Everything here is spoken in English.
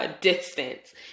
distance